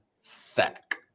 sack